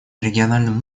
региональном